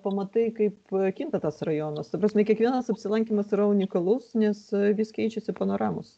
pamatai kaip kinta tas rajonas ta prasme kiekvienas apsilankymas yra unikalus nes vis keičiasi panoramos